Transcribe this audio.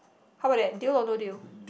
how about that deal or no deal